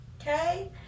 Okay